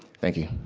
thank you.